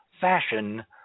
fashion